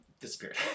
disappeared